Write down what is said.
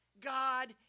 God